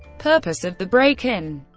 purpose of the break-in